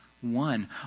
One